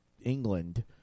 England